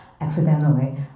accidentally